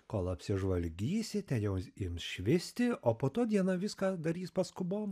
kol apsižvalgysite jos ims švisti o po to dieną viską darys paskubom